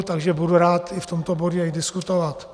Takže budu rád i v tomto bodě diskutovat.